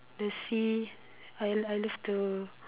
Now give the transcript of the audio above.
the sea I I love to